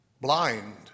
blind